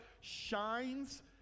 shines